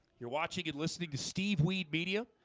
you're watching and listening to steve weed media.